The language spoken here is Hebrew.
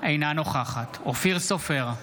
אינה נוכחת אופיר סופר,